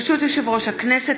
ברשות יושב-ראש הכנסת,